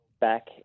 back